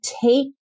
take